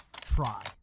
try